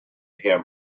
him